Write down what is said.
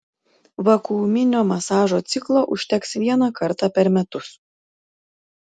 vakuuminio masažo ciklo užteks vieną kartą per metus